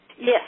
Yes